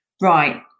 Right